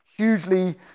hugely